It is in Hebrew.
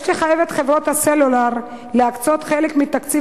יש לחייב את חברות הסלולר להקצות חלק מתקציב